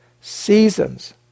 Seasons